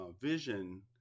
vision